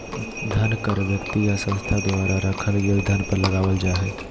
धन कर व्यक्ति या संस्था द्वारा रखल गेल धन पर लगावल जा हइ